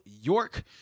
York